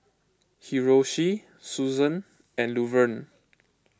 Hiroshi Susann and Luverne